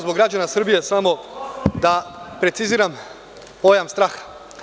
Zbog građana Srbije samo da preciziram pojam – strah.